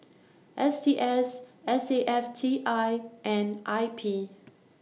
S T S S A F T I and I P